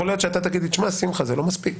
יכול להיות שאתה תגיד לי שזה לא מספיק